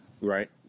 right